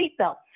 seatbelt